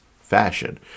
fashion